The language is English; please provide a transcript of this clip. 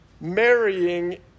marrying